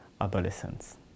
adolescents